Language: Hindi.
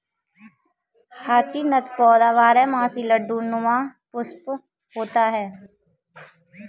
हाचीनथ पौधा बारहमासी लट्टू नुमा पुष्प होता है